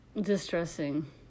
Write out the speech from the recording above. distressing